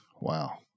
wow